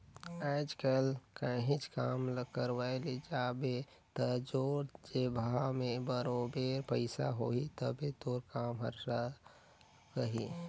आएज काएल काहींच काम ल करवाए ले जाबे ता तोर जेबहा में बरोबेर पइसा होही तबे तोर काम हर सरकही